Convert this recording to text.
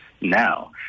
now